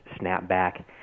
snapback